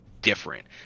different